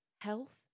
health